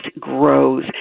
grows